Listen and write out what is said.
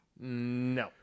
No